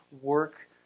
work